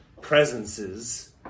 presences